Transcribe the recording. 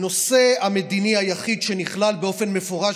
הנושא המדיני היחיד שנכלל באופן מפורש